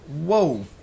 Whoa